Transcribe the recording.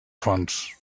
fons